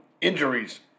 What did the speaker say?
injuries